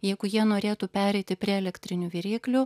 jeigu jie norėtų pereiti prie elektrinių viryklių